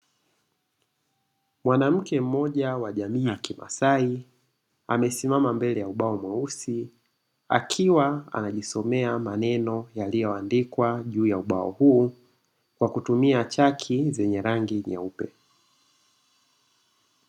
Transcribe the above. Mwanamke mmoja wa jamii ya kimasai, amesimama mbele ya ubao mweusi akiwa anajisomea maneno yaliyoandikwa juu ya ubao huo kwa kutumia chaki zenye rangi nyeupe.